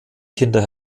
kinder